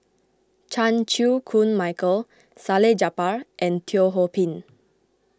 Chan Chew Koon Michael Salleh Japar and Teo Ho Pin